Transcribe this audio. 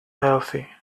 healthy